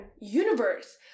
universe